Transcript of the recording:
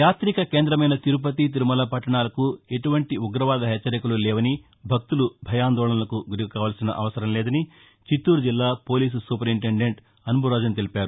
యాతిక కేంద్రమైన తిరుపతి తిరుమల పట్టణాలకు ఎటువంటి ఉగ్రవాద హెచ్చరికలు లేవని భక్తులు భయాందోళనకు గురి కావలసిన అవసరం లేదని చిత్తూరు జిల్లా పోలీసు సూపరిటెండెంట్ అన్బురాజన్ తెలిపారు